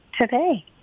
today